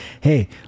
hey